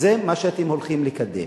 וזה מה שאתם הולכים לקדם.